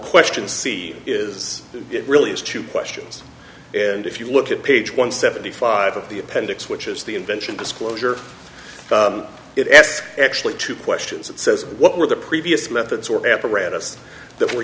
question see is that it really is two questions and if you look at page one seventy five of the appendix which is the invention disclosure it asked actually two questions it says what were the previous methods or apparatus that were